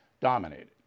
dominated